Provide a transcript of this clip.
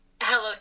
Hello